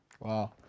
Wow